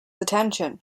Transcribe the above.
attention